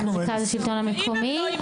(אומרת דברים בשפת הסימנים, להלן תרגומם: